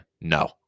no